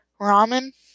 ramen